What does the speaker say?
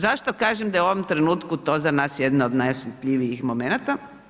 Zašto kažem da je u ovom trenutku to za nas jedan od najosjetljivijih momenata?